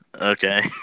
Okay